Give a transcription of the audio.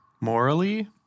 Morally